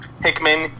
Hickman